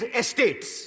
estates